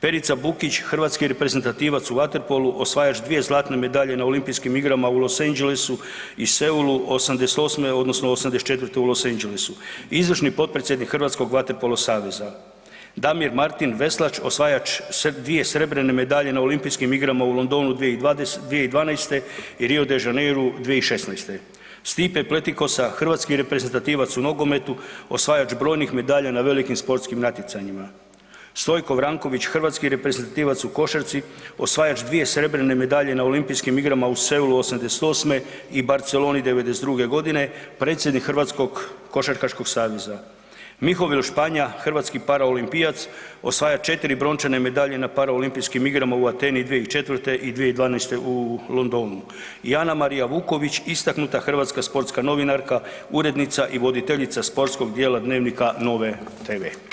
Perica Bukić, hrvatski reprezentativac u vaterpolu, osvajač dvije zlatne medalje na Olimpijskim igrama u Los Angelesu i Seulu '88. odnosno '84. u Los Angelesu, izvršni potpredsjednik Hrvatskog vaterpolo saveza; Damir Martin, veslač, osvajač dvije srebrene medalje na Olimpijskim igrama u Londonu 2012. i Rio de Janeiru 2016.; Stipe Pletikosa, hrvatski reprezentativac u nogometu, osvajač brojnih medalja na velikim sportskim natjecanjima; Stojko Vranković, hrvatski reprezentativac u košarci, osvajač dvije srebrene medalje na Olimpijskim igrama u Seulu '88. i Barceloni '92. g., predsjednik Hrvatskog košarkaškog saveza; Mihovil Španja, hrvatski paraolimpijac, osvajač 4 brončane medalje na Paraolimpijskim igrama u Ateni 2004. i 2012. u Londonu i Anamarija Vuković, istaknuta hrvatska sportska novinarka, urednica i voditeljice sportskog dijela Dnevnika Nove TV.